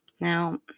Now